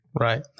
Right